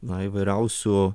na įvairiausių